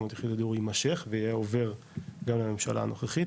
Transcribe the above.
יחידות דיור יימשך ועובר גם לממשלה הנוכחית,